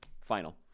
final